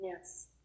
Yes